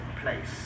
place